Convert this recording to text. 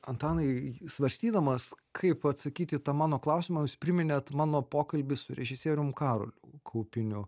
antanai svarstydamas kaip atsakyti į tą mano klausimą jūs priminėt mano pokalbį su režisierium karoliu kaupiniu